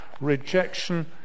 Rejection